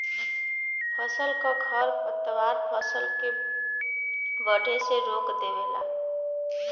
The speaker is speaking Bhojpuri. फसल क खरपतवार फसल के बढ़े से रोक देवेला